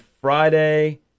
Friday